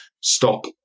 stop